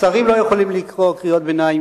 שרים לא יכולים לקרוא קריאות ביניים,